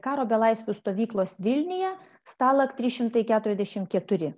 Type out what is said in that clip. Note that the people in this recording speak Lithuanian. karo belaisvių stovyklos vilniuje stalak trys šimtai keturiasdešim keturi